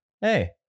hey